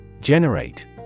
Generate